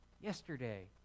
Yesterday